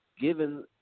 given